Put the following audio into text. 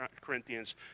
Corinthians